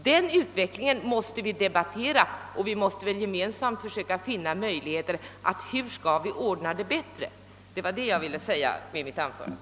Den situationen måste vi diskutera och vi måste gemensamt finna möjligheter att ordna det bättre. Detta ville jag också säga med mitt anförande.